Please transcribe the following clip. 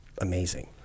amazing